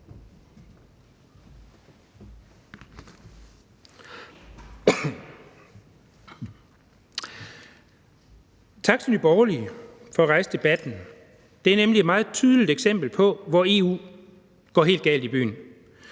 Tak til de borgerlige for at rejse debatten. Det er nemlig et meget tydeligt eksempel på, hvor EU går helt galt i byen.